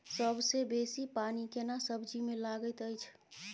सबसे बेसी पानी केना सब्जी मे लागैत अछि?